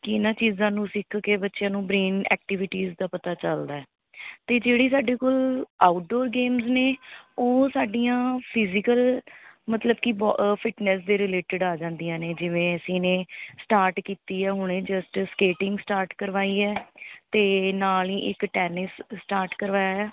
ਕਿ ਇਨ੍ਹਾਂ ਚੀਜ਼ਾਂ ਨੂੰ ਸਿੱਖ ਕੇ ਬੱਚਿਆਂ ਨੂੰ ਬਰੇਨ ਐਕਟੀਵਿਟੀਜ਼ ਦਾ ਪਤਾ ਚੱਲਦਾ ਅਤੇ ਜਿਹੜੀ ਸਾਡੇ ਕੋਲ ਆਊਟਡੋਰ ਗੇਮਜ਼ ਨੇ ਉਹ ਸਾਡੀਆਂ ਫਿਜ਼ੀਕਲ ਮਤਲਬ ਕਿ ਬੋ ਫਿਟਨੈਂਸ ਦੇ ਰਿਲੇਟਡ ਆ ਜਾਂਦੀਆਂ ਨੇ ਜਿਵੇਂ ਅਸੀਂ ਨੇ ਸਟਾਰਟ ਕੀਤੀ ਏ ਹੁਣੇ ਜਸਟ ਸਕੇਟਿੰਗ ਸਟਾਰਟ ਕਰਵਾਈ ਹੈ ਅਤੇ ਨਾਲ ਹੀ ਇੱਕ ਟੈਨਿਸ ਸਟਾਰਟ ਕਰਵਾਇਆ